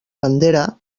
bandera